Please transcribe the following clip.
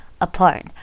apart